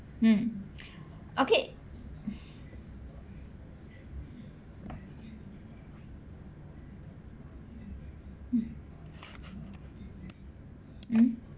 mm okay mm mm